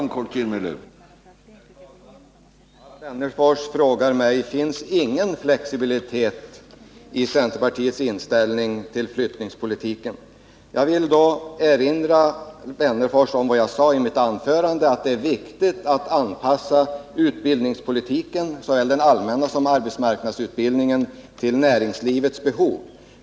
Herr talman! Alf Wennerfors frågade mig om det inte finns någon flexibilitet i centerpartiets inställning till flyttningspolitiken. Jag vill då erinra Alf Wennerfors om vad jag sade i mitt första anförande, nämligen att det är viktigt att anpassa utbildningspolitiken, såväl den allmänna som arbetsmarknadsutbildningen, till näringslivets behov.